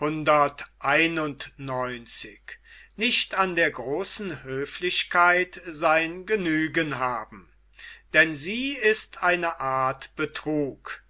denn sie ist eine art betrug